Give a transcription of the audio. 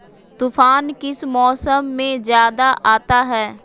तूफ़ान किस मौसम में ज्यादा आता है?